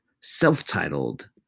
self-titled